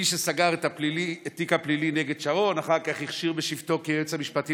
מי שסגר את התיק הפלילי נגד שרון ואחר כך הכשיר בשבתו כיועץ המשפטי